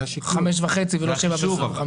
ו-25.5 ולא 7 אחוזים?